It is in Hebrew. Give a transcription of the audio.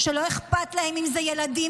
שלא אכפת להם אם זה ילדים,